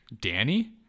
danny